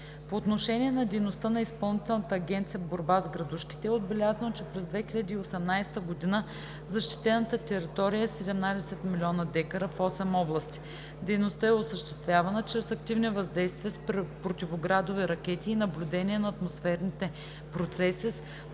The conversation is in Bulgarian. По отношение на дейността на Изпълнителната агенция „Борба с градушките“ е отбелязано, че през 2018 г. защитената територия е 17 млн. дка в осем области. Дейността е осъществявана чрез активни въздействия с противоградови ракети и наблюдение на атмосферните процеси с